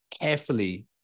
carefully